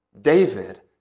David